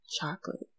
chocolate